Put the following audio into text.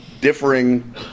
differing